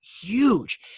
huge